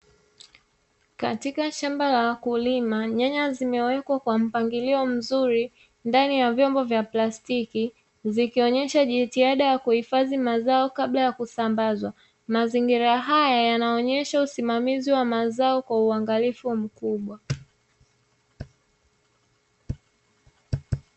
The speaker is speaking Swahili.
Katika shamba la wakulima nyanya zimewekwa kwa pangilio mzuri, ndani ya vyombo vya plastiki, zikionyesha jitihada ya kuhifadhi mazao kabla ya kusambazwa, mazingira haya yanaonyeshwa usimamizi wa mazao kwa uangalifu mkubwa.